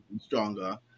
stronger